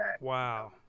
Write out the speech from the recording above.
Wow